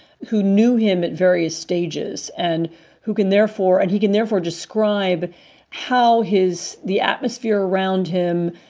who knew him at various stages and who can therefore and he can therefore describe how his the atmosphere around him,